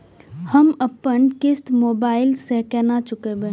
हम अपन किस्त मोबाइल से केना चूकेब?